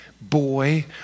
boy